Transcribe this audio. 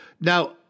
Now